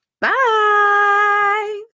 Bye